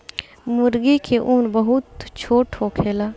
मूर्गी के उम्र बहुत छोट होखेला